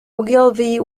ogilvy